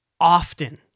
often